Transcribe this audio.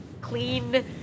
clean